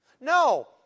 No